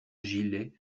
gilet